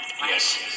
Yes